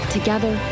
Together